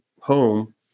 home